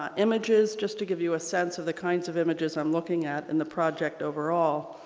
um images just to give you a sense of the kinds of images i'm looking at in the project overall.